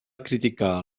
criticar